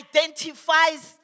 Identifies